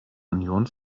union